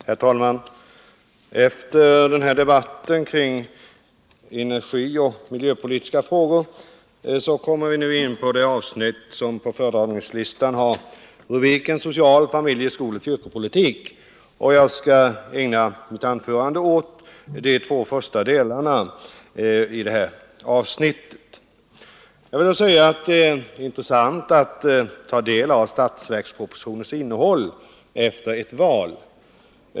Herr talman! Efter debatten kring energioch miljöpolitiska frågor kommer vi nu in på det avsnitt som på talarlistan har rubriken Social-, familje-, skoloch kyrkopolitik. Jag skall ägna mitt anförande åt de två första delarna av det avsnittet. Det är intressant att ta del av statsverkspropositionens innehåll efter ett val.